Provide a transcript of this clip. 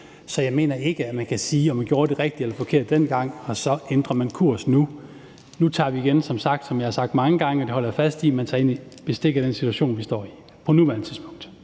så jeg mener ikke, at man kan sige, at man gjorde det rigtige eller forkerte dengang, og så ændrer man kurs nu. Som jeg har sagt mange gange, holder vi fast i, at man tager bestik af den situation, vi står i på nuværende tidspunkt.